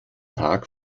tag